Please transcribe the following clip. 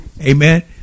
Amen